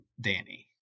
Danny